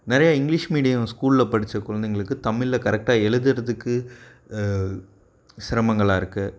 நிறைய English medium ஸ்கூலில் படித்த குழந்தைகளுக்கு தமிழில் கரெக்டாக எழுதுகிறதுக்கு சிரமங்களாக இருக்குது